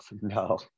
no